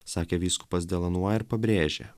sakė vyskupas de lanua ir pabrėžė